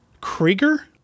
Krieger